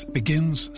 begins